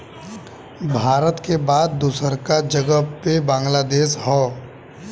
भारत के बाद दूसरका जगह पे बांग्लादेश हौ